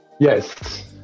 Yes